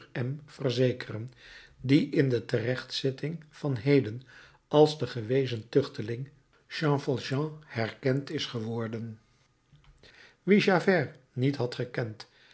verzekeren die in de terechtzitting van heden als de gewezen tuchteling jean valjean herkend is geworden wie javert niet had gekend